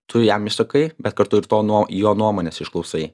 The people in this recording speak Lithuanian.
tu jam išsakai bet kartu ir to no jo nuomonės išklausai